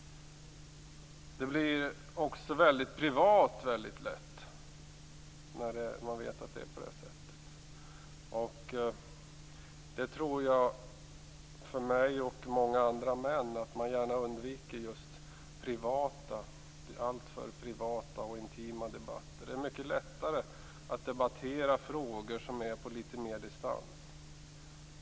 Det blir också väldigt privat mycket lätt. Jag och många andra män undviker gärna just de alltför privata och intima debatterna. Det är mycket lättare att debattera frågor som är på litet mer distans.